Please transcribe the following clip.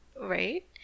Right